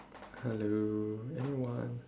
hello anyone